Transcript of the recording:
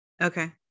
okay